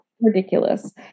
ridiculous